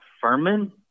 Furman